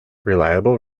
reliable